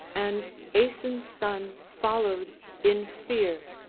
and aeson's son followed in fear,